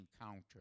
encounter